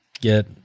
get